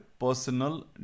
personal